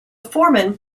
foreman